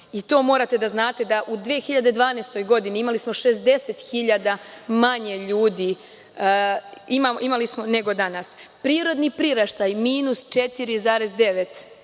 i to morate da znate da u 2012. godini smo imali 60 hiljada manje ljudi nego danas. Prirodni priraštaj je -4,9%.